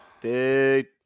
dude